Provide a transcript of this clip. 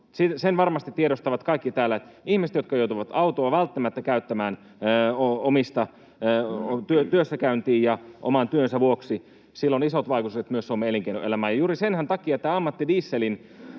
Sen varmasti tiedostavat kaikki täällä, että ne ihmiset kärsivät, jotka joutuvat autoa välttämättä käyttämään työssäkäyntiin ja oman työnsä vuoksi, ja sillä on isot vaikutukset myös Suomen elinkeinoelämään. Juuri senhän takia tämä ammattidieselin